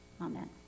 Amen